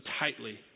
tightly